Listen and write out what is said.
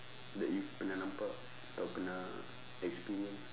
that you pernah nampak atau pernah experience